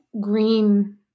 green